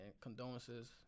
condolences